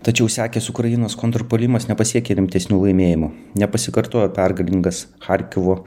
tačiau sekęs ukrainos kontrpuolimas nepasiekė rimtesnių laimėjimų nepasikartojo pergalingas charkivo